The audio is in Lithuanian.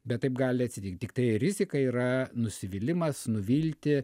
bet taip gali atsitikt tiktai rizika yra nusivylimas nuvilti